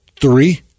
three